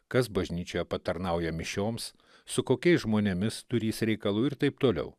kas bažnyčioje patarnauja mišioms su kokiais žmonėmis turįs reikalų ir taip toliau